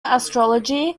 astrology